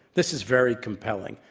this is very compelling.